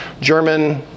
German